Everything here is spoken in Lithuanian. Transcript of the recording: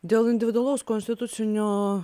dėl individualaus konstitucinio